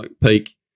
peak